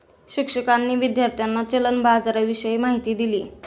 शिक्षकांनी विद्यार्थ्यांना चलन बाजाराविषयी माहिती दिली